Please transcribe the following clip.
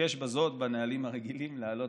מבקש בזאת בנהלים הרגילים להעלות,